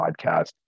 podcast